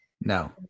No